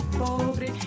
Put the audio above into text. pobre